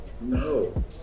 no